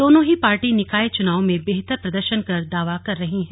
दोनों ही पार्टी निकाय चुनाव में बेहतर प्रदर्शन कर दावा कर रही है